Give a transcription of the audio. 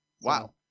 wow